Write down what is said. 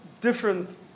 different